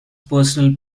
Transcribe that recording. personal